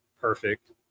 perfect